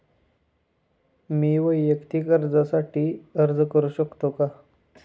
मी वैयक्तिक कर्जासाठी अर्ज करू शकतो का?